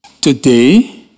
Today